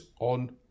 on